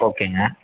ஓகேங்க